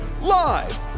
Live